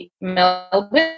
Melbourne